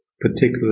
particular